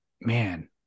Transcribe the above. man